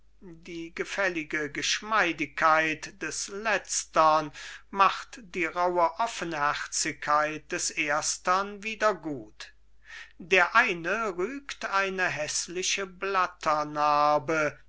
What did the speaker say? bewunderer die gefällige geschmeidigkeit des letztern macht die rauhe offenherzigkeit des erstern wieder gut der eine rügt eine häßliche